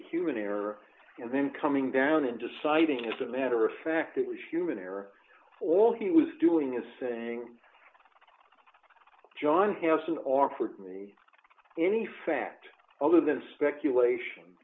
a human error and then coming down and deciding it's a matter of fact it was human error all he was doing is saying john hanson offered me any fact other than speculation